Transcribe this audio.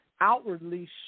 Outwardly